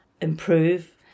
improve